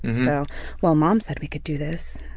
so well mom said we could do this,